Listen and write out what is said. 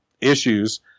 issues